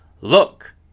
Look